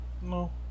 No